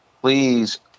please